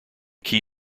key